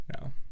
No